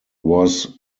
was